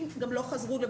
יודע.